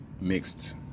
mixed